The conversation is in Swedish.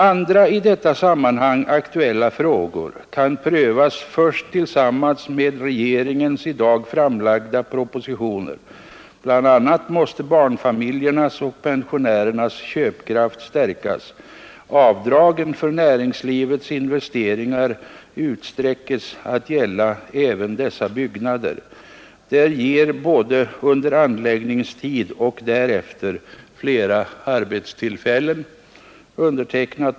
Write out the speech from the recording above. Andra i detta sammanhang aktuella frågor kan prövas först tillsammans med regeringens i dag framlagda propositioner. Bl.a. måste barnfamiljernas och pensionärernas köpkraft stärkas. Avdragen för näringslivets investeringar utsträckes att gälla även dess byggnader. Det ger både under anläggningstid och därefter flera arbetstillfällen.